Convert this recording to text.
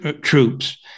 troops